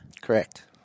Correct